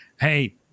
hey